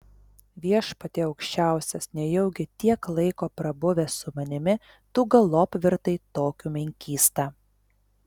viešpatie aukščiausias nejaugi tiek laiko prabuvęs su manimi tu galop virtai tokiu menkysta